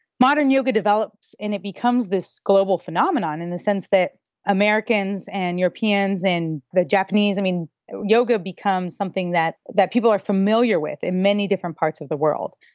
modern yoga develops and it becomes this global phenomenon in the sense that americans and europeans and the japanese and yoga becomes something that that people are familiar with in many different parts of the world.